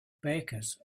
bakers